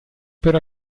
per